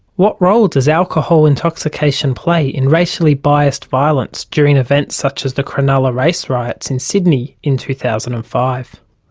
what role does alcohol intoxication play in racially biased violence during events such as the cronulla race riots in sydney in two thousand and five?